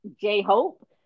J-Hope